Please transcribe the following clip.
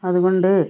അതുകൊണ്ട്